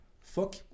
fuck